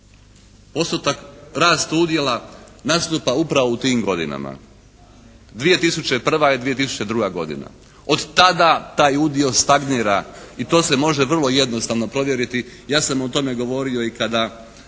postotak rast udjela nastupa upravo u tim godinama, 2001. i 2002. godina. Od tada taj udio stagnira i to se može vrlo jednostavno provjeriti. Ja sam o tome govorio i kada